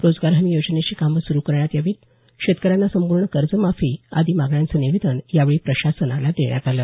रोजगार हमी योजनेची कामं सुरु करण्यात यावी शेतकऱ्यांना संपूर्ण कर्जमाफी आदी मागण्यांचं निवेदन प्रशासनाला देण्यात आलं